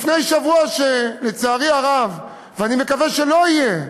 לפני שבוע שלצערי הרב, ואני מקווה שלא יהיה,